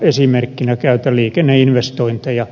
esimerkkinä käytän liikenneinvestointeja